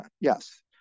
Yes